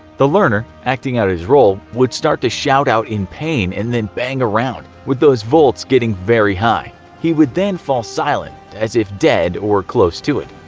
the learner, acting out his role, would start to shout in pain and then bang around, with those volts getting very high. he would then fall silent, as if dead or close to it.